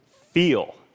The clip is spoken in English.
feel